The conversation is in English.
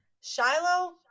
Shiloh